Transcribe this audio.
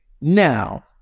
now